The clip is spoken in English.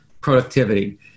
productivity